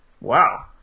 Wow